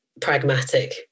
pragmatic